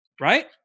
right